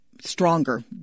stronger